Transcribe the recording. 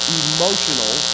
emotional